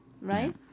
right